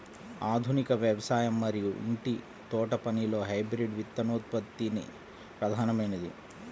ఆధునిక వ్యవసాయం మరియు ఇంటి తోటపనిలో హైబ్రిడ్ విత్తనోత్పత్తి ప్రధానమైనది